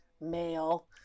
male